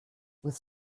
with